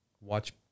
watch